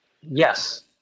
yes